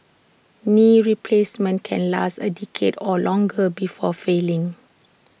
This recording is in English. knee replacements can last A decade or longer before failing